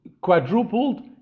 quadrupled